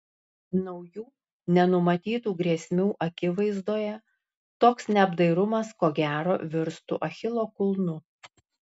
naujų nenumatytų grėsmių akivaizdoje toks neapdairumas ko gero virstų achilo kulnu